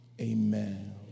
amen